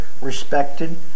respected